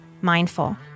Mindful